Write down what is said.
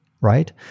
right